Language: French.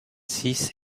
six